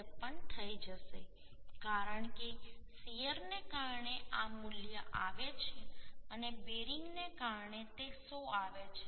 53 થઈ જશે કારણ કે શીયરને કારણે આ આ મૂલ્ય આવે છે અને બેરિંગને કારણે તે 100 આવે છે